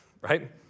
right